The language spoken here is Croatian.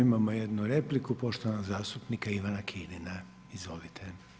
Imamo jednu repliku poštovanog zastupnika Ivana Kirina, izvolite.